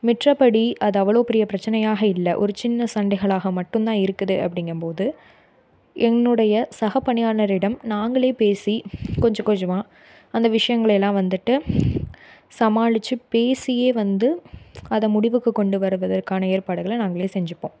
மற்றபடி அது அவ்வளோ பெரிய பிரச்சினையாக இல்லை ஒரு சின்ன சண்டைகளாக மட்டும்தான் இருக்குது அப்படிங்கும்போது என்னுடைய சக பணியாளரிடம் நாங்களே பேசி கொஞ்சம் கொஞ்சமாக அந்த விஷயங்களை எல்லாம் வந்துட்டு சமாளித்து பேசியே வந்து அதை முடிவுக்கு கொண்டு வருவதற்கான ஏற்பாடுகளை நாங்களே செஞ்சுப்போம்